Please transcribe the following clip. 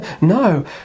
No